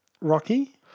Rocky